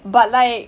but like